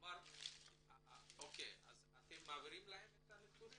-- אז אתם מעבירים להם את הנתונים?